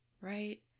Right